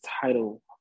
title